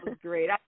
great